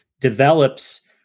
develops